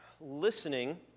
listening